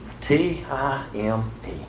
T-I-M-E